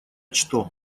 что